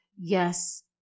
Yes